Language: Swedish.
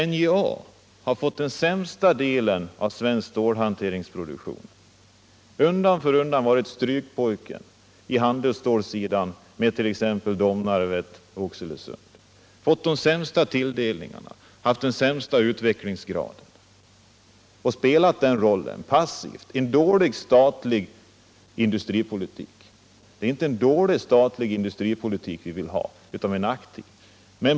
NJA har fått den sämsta delen av svensk stålhanteringsproduktion. Undan för undan har NJA på handelsstålsidan varit strykpojke åt t.ex. Domnarvet och Oxelösund, fått de sämsta tilldelningarna, haft den sämsta utvecklingsgraden och spelat den rollen passivt — en dålig statlig industripolitik. Det är inte en dålig statlig industripolitik vi vill ha utan en aktiv.